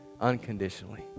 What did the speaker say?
unconditionally